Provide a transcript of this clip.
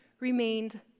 remained